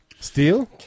Steel